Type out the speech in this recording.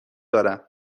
دارم